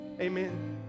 Amen